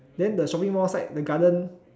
then the shopping mall side the garden